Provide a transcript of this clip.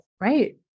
Right